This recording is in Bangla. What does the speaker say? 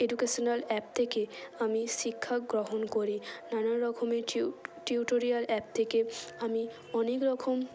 এডুকেশনাল অ্যাপ থেকে আমি শিক্ষাগ্রহণ করি নানান রকমের টিউটোরিয়াল অ্যাপ থেকে আমি অনেক রকম